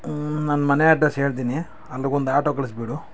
ನನ್ನ ಮನೆ ಅಡ್ರೆಸ್ ಹೇಳ್ತೀನಿ ಅಲ್ಲಿಗೊಂದು ಆಟೋ ಕಳಿಸಿಬಿಡು